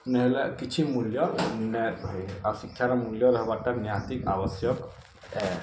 ନହଲେ କିଛି ମୂଲ୍ୟ ନାଇଁ ରହେ ଆର୍ ଶିକ୍ଷାର ମୂଲ୍ୟ ରହିବାଟା ନିହାତି ଆବଶ୍ୟକ ଏ